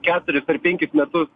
keturis ar penkis metus